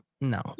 no